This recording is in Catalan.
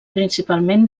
principalment